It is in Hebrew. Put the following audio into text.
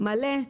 מלא,